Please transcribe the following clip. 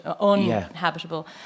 uninhabitable